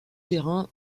terrain